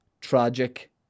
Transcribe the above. Tragic